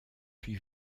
puis